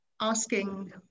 asking